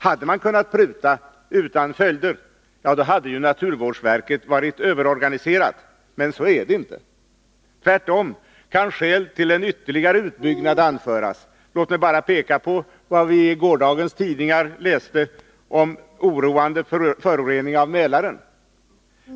Hade man kunnat pruta utan följder, hade naturvårdsverket varit överorganiserat. Men så är det inte. Tvärtom kan skäl för en ytterligare utbyggnad anföras. Låt mig bara peka på vad vi i gårdagens tidningar läste om oroande förorening av Mälaren.